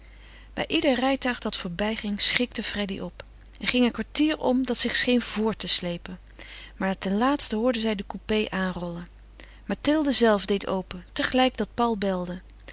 bij ieder rijtuig dat voorbijging schrikte freddy op er ging een kwartier om dat zich scheen voort te sleepen maar ten laatste hoorden zij den coupé aanrollen mathilde zelve deed paul open tegelijk dat paul belde